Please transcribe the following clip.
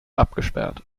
abgesperrt